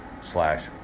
slash